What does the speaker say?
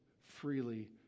freely